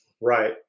Right